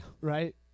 Right